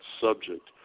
subject